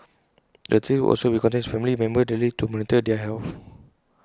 the authorities will also be contacting his family members daily to monitor their health